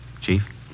Chief